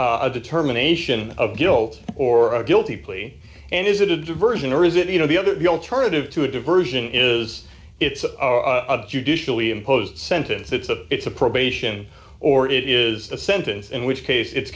follow a determination of guilt or a guilty plea and is it a diversion or is it you know the other alternative to a diversion is it's a judicially imposed sentence it's a it's a probation or it is a sentence in which case it's